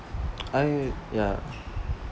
I ya